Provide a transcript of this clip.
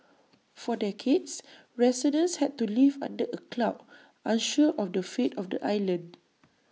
for decades residents had to live under A cloud unsure of the fate of the island